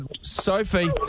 sophie